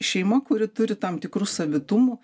šeima kuri turi tam tikrų savitumų